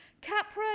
Capra